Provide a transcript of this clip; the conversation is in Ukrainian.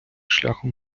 шляхом